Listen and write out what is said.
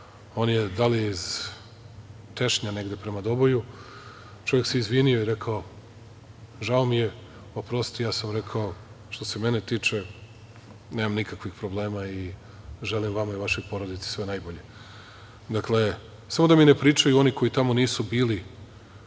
On je iz Tešnja prema Doboju. Čovek se izvinio i rekao – žao mi je, oprosti. Ja sam rekao – što se mene tiče nemam nikakvih problema i želim vama i vašoj porodici sve najbolje. Dakle, samo da mi ne pričaju oni koji tamo nisu bili,